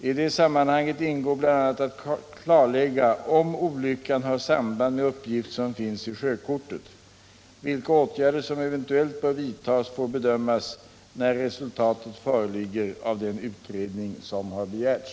I det sammanhanget ingår bl.a. att klarlägga om olyckan har samband med uppgifter som finns i sjökortet. Vilka åtgärder som eventuellt bör vidtas får bedömas när resultatet föreligger av den utredning som har begärts.